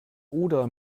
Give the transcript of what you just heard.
oder